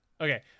Okay